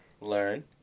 learn